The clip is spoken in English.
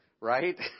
Right